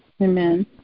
Amen